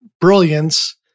brilliance